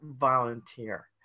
Volunteer